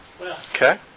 Okay